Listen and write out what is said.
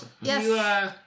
Yes